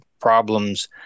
problems